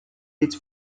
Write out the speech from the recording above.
its